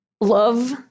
love